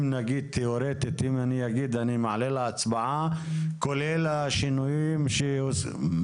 אם תיאורטית אני אומר שאני מעלה להצבעה כולל השינויים שהוצעו כאן,